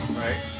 right